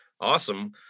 awesome